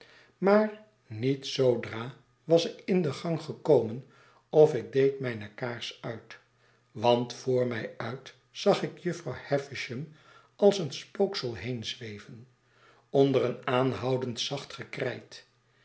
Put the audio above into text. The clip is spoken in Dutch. maar niet zoodra was ik in den gang gekomen of ik deed mijne kaars uit want voor mij uit zag ik jufvrouw havisham als een spooksel heenzweven onder een aanhoudend zacht gekrijt